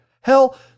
hell